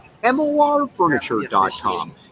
morfurniture.com